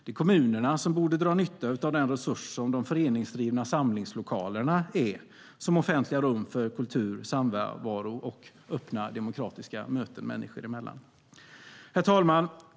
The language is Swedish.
Det är kommunerna som borde dra nytta av den resurs som de föreningsdrivna samlingslokalerna är som offentliga rum för kultur, samvaro och öppna demokratiska möten människor emellan. Herr talman!